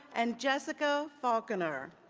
and jessica faulkner.